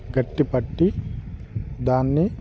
గట్టి పట్టి దాన్ని